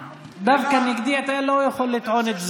דווקא נגדי אתה לא יכול לטעון את זה.